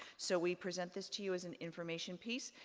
so, we present this to you as an information piece,